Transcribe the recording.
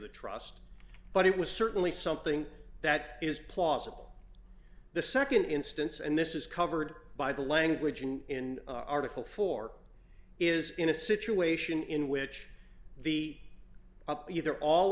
the trust but it was certainly something that is plausible the nd instance and this is covered by the language in article four is in a situation in which the up either all